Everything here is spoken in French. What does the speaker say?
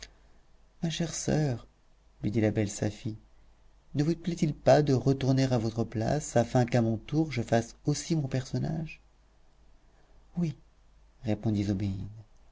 ma chère soeur lui dit la belle safie ne vous plaît-il pas de retourner à votre place afin qu'à mon tour je fasse aussi mon personnage oui répondit